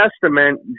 Testament